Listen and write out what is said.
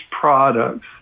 products